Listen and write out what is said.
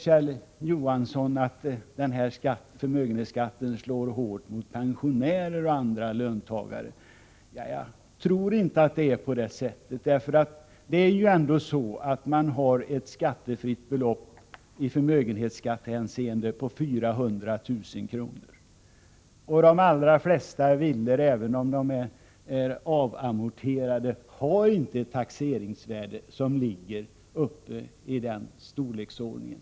Kjell Johansson säger att förmögenhetsskatten slår hårt mot pensionärer och löntagare. Jag tror inte att det är på det sättet. Det finns ändå ett skattefritt belopp i förmögenhetsskattehänseende på 400 000 kr. De allra flesta villor har inte — även om de är avamorterade — ett taxeringsvärde i den storleksordningen.